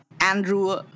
Andrew